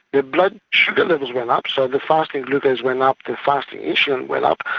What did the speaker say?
their blood sugar levels went up, so their fasting glucose went up, their fasting insulin went up.